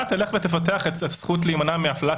תלך ותפתח את הזכות להימנע מהפללה,